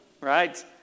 right